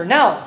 Now